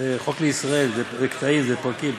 זה "חוק לישראל", זה קטעים, זה פרקים.